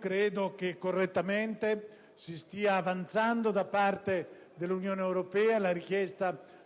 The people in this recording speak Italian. Credo che correttamente si stia avanzando, da parte dell'Unione europea, la richiesta